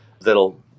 that'll